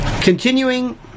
Continuing